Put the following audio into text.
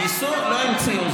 ניסו, לא המציאו.